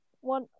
One